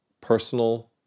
personal